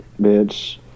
bitch